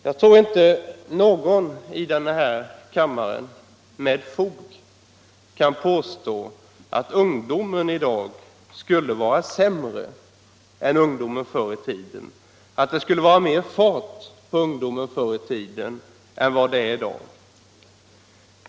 | Jag tror inte att någon i kammaren med fog kan påstå att ungdom i dag skulle vara sämre än ungdomen förr i tiden eller att det skulle ha varit mera fart på ungdomen då än vad det är i dag.